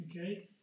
Okay